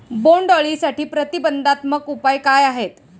बोंडअळीसाठी प्रतिबंधात्मक उपाय काय आहेत?